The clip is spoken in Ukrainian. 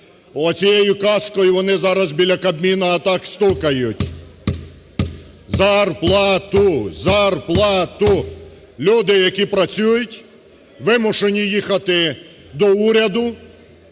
Оцією каскою вони зараз біля Кабміну отак стукають: "Зарплату, зарплату!" Люди, які працюють, вимушені їхати до уряду,